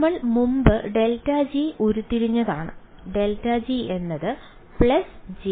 നമ്മൾ മുമ്പ് ∇g ഉരുത്തിരിഞ്ഞതാണ് ∇g എന്നത് jk 4H1 ആണ്